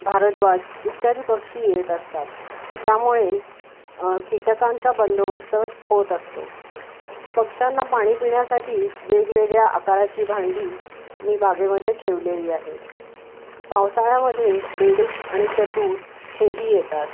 भारद्वाज इत्यादी पक्षी येत असतात त्यामुळे कीटकांचा बंदोबस्त होत असतो पक्ष्यांना पाणी पिण्यासाठी वेगवेगळ्या आकाराची भांडी मी बागेमध्ये ठेवलेली आहेत पावसाळ्यामध्ये बेडूक आणि चतुर हेही येतात